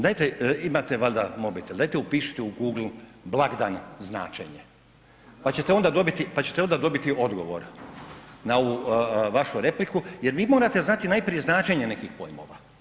Dajte, imate valjda mobitel, dajte upišite u Google „blagdan značenje“ pa ćete onda dobiti odgovor na ovu vašu repliku jer vi morate najprije značenje nekih pojmova.